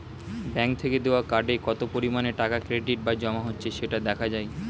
bank থেকে দেওয়া কার্ডে কত পরিমাণে টাকা ক্রেডিট বা জমা হচ্ছে সেটা দেখা যায়